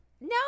no